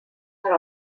per